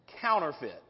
counterfeit